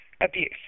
abuse